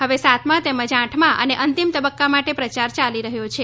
હવે સાતમા તેમજ આઠમા અને અંતિમ તબક્કા માટે પ્રયાર યાલી રહ્યો છે